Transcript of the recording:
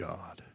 God